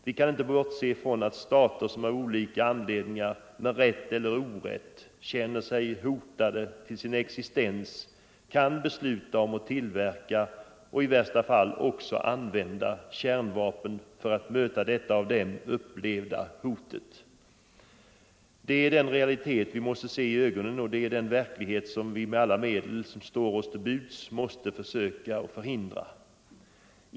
Vi kan inte bortse ifrån att stater, som av olika anledningar — med rätt eller orätt — känner sig hotade till sin existens, kan besluta om att tillverka och i värsta fall också använda kärnvapen för att möta det av dem upp 115 levda hotet. Det är den realitet vi måste se i ögonen, och det är den verklighet vi med alla medel som står till buds måste försöka förhindra.